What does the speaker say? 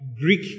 Greek